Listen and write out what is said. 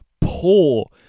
poor